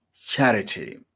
charity